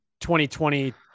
2020